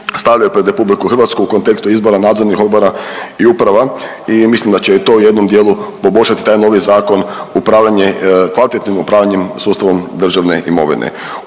stavljaju pred RH u kontekstu izbora nadzornih odbora i uprava i mislim da će to u jednom dijelu poboljšati taj novi zakon upravljanje, kvalitetnim upravljanjem sustavom državne imovine.